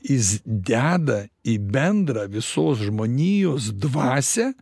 jis deda į bendrą visos žmonijos dvasią